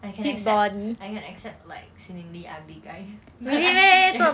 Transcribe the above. I can accept I can accept like seemingly ugly guy